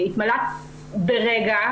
התמלא ברגע.